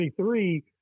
23